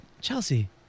Chelsea